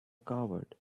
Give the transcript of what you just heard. coward